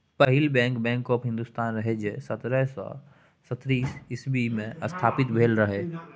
पहिल bank, bank of Hindostan रहय जे सतरह सय सत्तरि इस्बी मे स्थापित भेल रहय